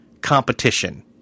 competition